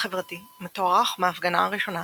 חברתי מתוארך מההפגנה הראשונה